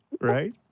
right